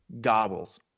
gobbles